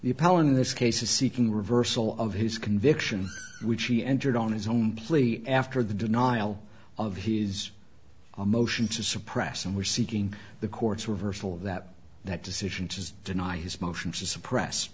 pal in this case is seeking reversal of his conviction which he entered on his own plea after the denial of his a motion to suppress and were seeking the court's reversal of that that decision to deny his motion to suppress